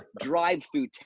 drive-through